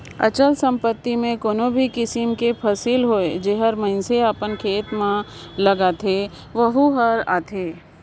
अचल संपत्ति में कोनो भी किसिम कर फसिल होए जेहर मइनसे अपन खेत खाएर में लगाइस अहे वहूँ हर आथे